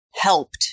helped